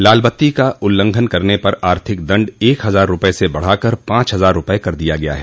लालबत्ती का उल्लंघन करने पर आर्थिक दंड एक हजार रुपये से बढ़ाकर पांच हजार रुपये कर दिया गया है